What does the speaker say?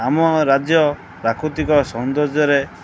ଆମ ରାଜ୍ୟ ପ୍ରାକୃତିକ ସୌନ୍ଦର୍ଯ୍ୟରେ